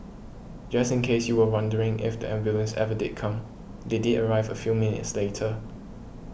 just in case you were wondering if the ambulance ever did come they did arrive a few minutes later